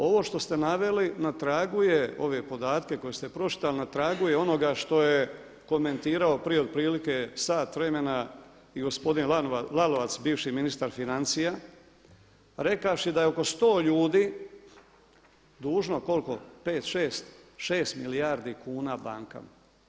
Ovo što ste naveli na tragu je, ove podatke koje ste pročitali, na tragu je onoga što je komentirao prije otprilike sat vremena i gospodin Lalovac bivši ministar financija rekavši da je oko 100 ljudi dužno koliko 5, 6 milijardi kuna bankama.